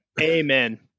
Amen